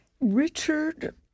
Richard